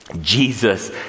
Jesus